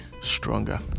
stronger